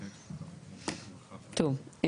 טוב.